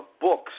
books